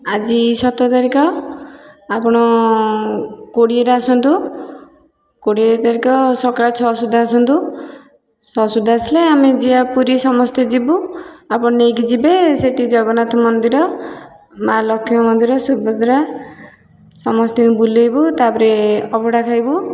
ଆଜି ସତର ତାରିଖ ଆପଣ କୋଡ଼ିଏରେ ଆସନ୍ତୁ କୋଡ଼ିଏ ତାରିଖ ସକାଳ ଛଅ ସୁଦ୍ଧା ଆସନ୍ତୁ ଛଅ ସୁଦ୍ଧା ଆସିଲେ ଆମେ ଯିବା ପୁରୀ ସମସ୍ତେ ପୁରୀ ଯିବୁ ଆପଣ ନେଇକି ଯିବେ ସେଇଠି ଜଗନ୍ନାଥ ମନ୍ଦିର ମା ଲକ୍ଷ୍ମୀଙ୍କ ମନ୍ଦିର ସୁଭଦ୍ରା ସମସ୍ତଙ୍କୁ ବୁଲେଇବୁ ତା'ପରେ ଅବଢ଼ା ଖାଇବୁ